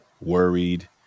Worried